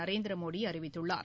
நரேந்திரமோடி அறிவித்துள்ளார்